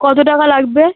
কত টাকা লাগবে